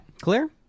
clear